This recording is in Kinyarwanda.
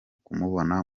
kumubona